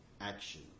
action